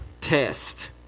test